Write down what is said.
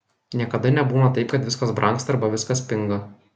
niekada nebūna taip kad viskas brangsta arba viskas pinga